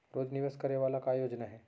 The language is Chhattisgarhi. रोज निवेश करे वाला का योजना हे?